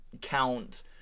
count